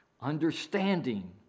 understanding